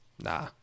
Nah